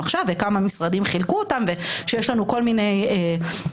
אמר לו כל מיני אמירות,